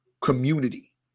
Community